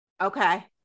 okay